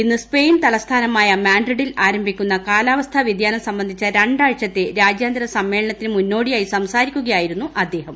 ഇന്ന് പ്സ്പെയിൻ തലസ്ഥാനമായ മാഡ്രിഡിൽ ആരംഭിക്കുന്ന കാലാവസ്കുക് വൃതിയാനം സംബന്ധിച്ച രണ്ടാഴ്ചത്തെ രാജ്യാന്തര സമ്മേളനത്തിന് മുന്നോടിയായി സംസാരിക്കുകയായിരുന്നു അദ്ദേഹം